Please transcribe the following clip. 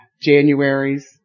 January's